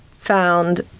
found